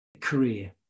career